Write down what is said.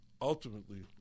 ultimately